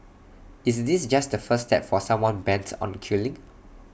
is this just the first step for someone bent on killing